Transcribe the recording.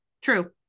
True